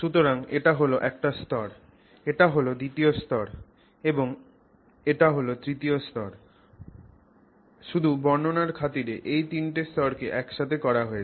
সুতরাং এটা হল একটা স্তর এটা হল দ্বিতীয় স্তর এবং এটা হল তৃতীয় স্তর শুধু বর্ণনার খাতিরে এই তিনটে স্তরকে একসাথে করা হয়েছে